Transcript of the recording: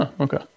Okay